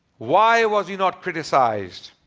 why was he not criticized?